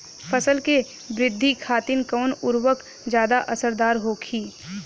फसल के वृद्धि खातिन कवन उर्वरक ज्यादा असरदार होखि?